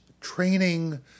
training